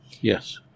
Yes